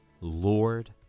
Lord